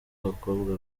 abakobwa